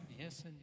Yes